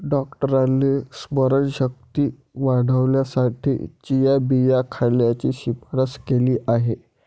डॉक्टरांनी स्मरणशक्ती वाढवण्यासाठी चिया बिया खाण्याची शिफारस केली आहे